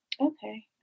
Okay